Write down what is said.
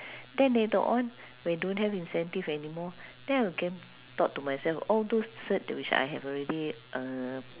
then later on when don't have incentive anymore then I can thought to myself all those cert which I have already uh